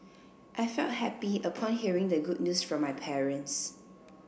I felt happy upon hearing the good news from my parents